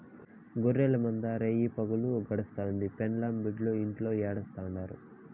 గొర్రెల మందల్ల రేయిపగులు గడుస్తుండాది, పెండ్లాం బిడ్డలు ఇంట్లో ఎట్టుండారో